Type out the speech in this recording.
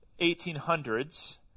1800s